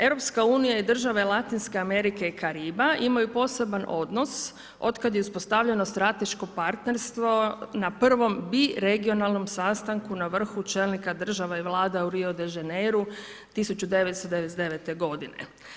EU i države Latinske Amerike i Kariba imaju poseban odnos otkako je uspostavljeno strateško partnerstvo na prvom biregionalnom sastanku na vrhu čelnika država i Vlada u Rio de Janeirou 1999. godine.